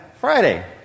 Friday